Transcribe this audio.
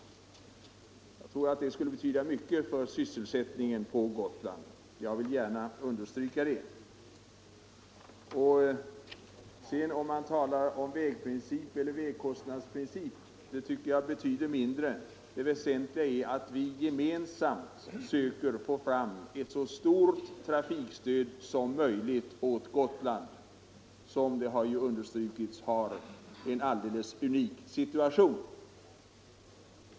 Säkerligen skulle det betyda mycket för sysselsättningen på Gotland. Jag vill gärna betona det. Om man talar om vägprincip eller vägkostnadsprincip tycker jag betyder mindre. Det väsentliga är att vi gemensamt söker få fram ett så stort trafikstöd som möjligt åt Gotland, som ju har — vilket understrukits här — en alldeles unik situation.